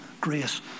grace